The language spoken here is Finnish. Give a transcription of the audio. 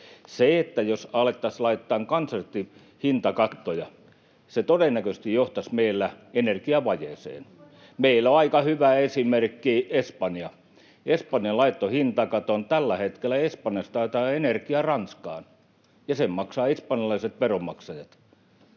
Se, jos alettaisiin laittamaan kansallisesti hintakattoja, todennäköisesti johtaisi meillä energiavajeeseen. Meillä on aika hyvä esimerkki Espanja. Espanja laittoi hintakaton, ja tällä hetkellä Espanjasta haetaan energiaa Ranskaan, ja sen maksavat espanjalaiset veronmaksajat.